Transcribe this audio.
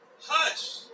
hush